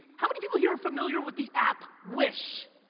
how many people here are familiar with the app wish?